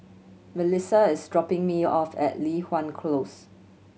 Milissa is dropping me off at Li Hwan Close